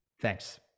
Thanks